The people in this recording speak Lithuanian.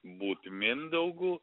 būt mindaugu